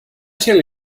tell